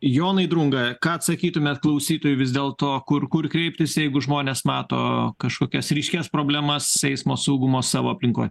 jonai drunga ką atsakytumėt klausytojai vis dėl to kur kur kreiptis jeigu žmonės mato kažkokias ryškias problemas eismo saugumo savo aplinkoje